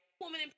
woman